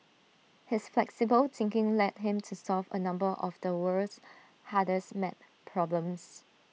his flexible thinking led him to solve A number of the world's hardest math problems